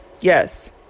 yes